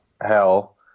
hell